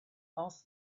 asked